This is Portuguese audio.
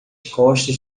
costas